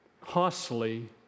costly